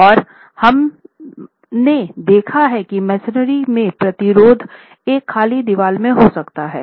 और हमने देखा है कि मेसनरी में प्रतिरोध एक खाली दीवार में हो सकता है